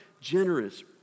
generous